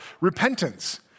repentance